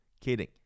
kidding